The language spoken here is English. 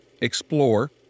explore